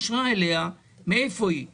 זו תביעה אזרחית?